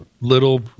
little